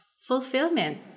fulfillment